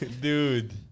Dude